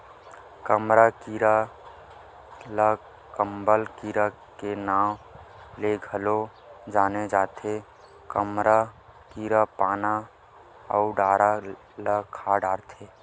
कमरा कीरा ल कंबल कीरा के नांव ले घलो जाने जाथे, कमरा कीरा पाना अउ डारा ल खा डरथे